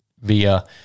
via